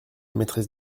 maîtresse